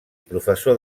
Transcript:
professor